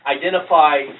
identify